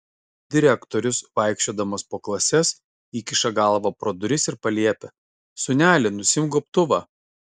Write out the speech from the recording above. direktorius vaikščiodamas po klases įkiša galvą pro duris ir paliepia sūneli nusiimk gobtuvą